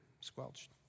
squelched